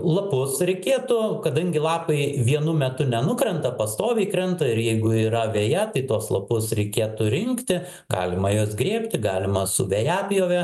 lapus reikėtų kadangi lapai vienu metu nenukrenta pastoviai krenta ir jeigu yra veja tai tuos lapus reikėtų rinkti galima juos grėbti galima su vejapjove